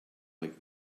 like